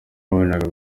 wabonaga